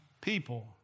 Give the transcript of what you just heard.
people